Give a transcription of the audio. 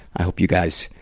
i hope you guys,